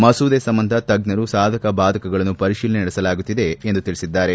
ಮಸೂದೆ ಸಂಬಂಧ ತಜ್ಜರು ಸಾಧಕ ಬಾಧಕಗಳನ್ನು ಪರಿಶೀಲನೆ ನಡೆಸಲಾಗುತ್ತಿದೆ ಎಂದು ತಿಳಿಸಿದ್ದಾರೆ